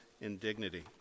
indignity